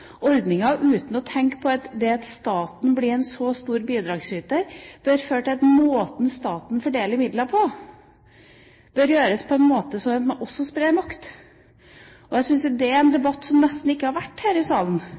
uten å tenke på at dersom staten blir en så stor bidragsyter, bør det føre til at staten fordeler midler på en slik måte at man også sprer makt. Jeg syns det er en debatt vi nesten ikke har hatt her i salen. Det har vært en debatt her i salen